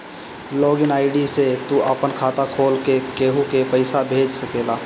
log in ID से तू आपन खाता खोल के केहू के पईसा भेज सकेला